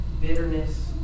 bitterness